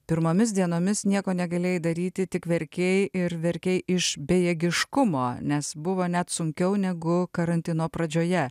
pirmomis dienomis nieko negalėjai daryti tik verkei ir verkei iš bejėgiškumo nes buvo net sunkiau negu karantino pradžioje